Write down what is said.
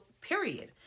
period